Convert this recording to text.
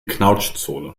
knautschzone